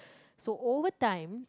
so over time